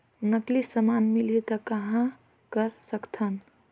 नकली समान मिलही त कहां कर सकथन?